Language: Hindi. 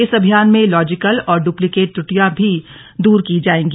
इस अभियान में लॉजिकल और डुप्लीकेट त्रुटियां भी दूर की जाएगी